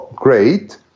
Great